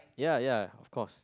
ya ya of course